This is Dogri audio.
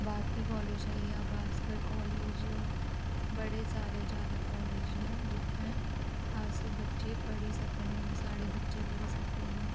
भारती कालेज आई गेआ भास्कर कालेज बड़े सारे ज्यादा कालेज न जित्थैं अस बच्चे पढ़ी सकने न साढ़े बच्चे पढ़ी सकदे न